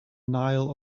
nile